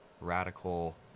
radical